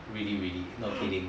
really really not kidding